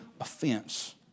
offense